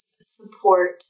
support